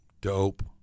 Dope